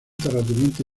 terrateniente